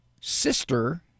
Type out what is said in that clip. Sister